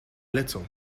little